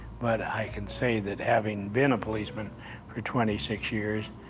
but i can say that having been a policeman for twenty six years,